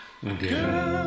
Girl